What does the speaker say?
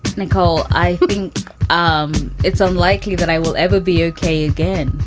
nicole? i mean, um it's unlikely that i will ever be okay again.